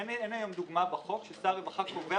אין היום דוגמה בחוק ששר הרווחה קובע